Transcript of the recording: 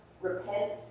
repent